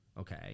okay